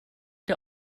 der